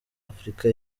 afurika